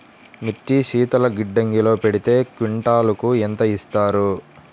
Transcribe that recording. మిర్చి శీతల గిడ్డంగిలో పెడితే క్వింటాలుకు ఎంత ఇస్తారు?